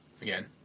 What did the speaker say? again